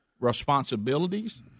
responsibilities